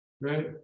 right